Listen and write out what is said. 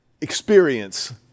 experience